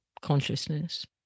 consciousness